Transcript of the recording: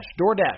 DoorDash